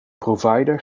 provider